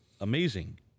amazing